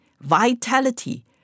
vitality